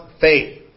faith